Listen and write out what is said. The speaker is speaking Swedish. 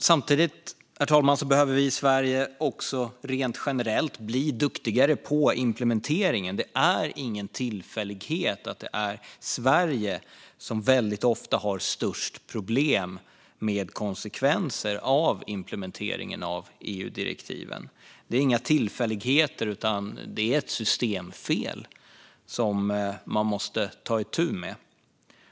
Samtidigt, herr talman, behöver vi i Sverige rent generellt bli duktigare på implementeringen. Det är ingen tillfällighet att det är Sverige som väldigt ofta har störst problem med konsekvenser av implementeringen av EU-direktiven. Det är inga tillfälligheter, utan det är ett systemfel som man måste ta itu med.